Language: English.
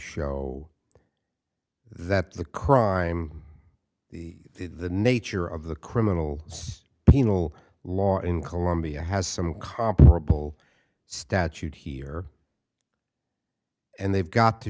show that the crime the nature of the criminal penal law in colombia has some comparable statute here and they've got to